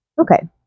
okay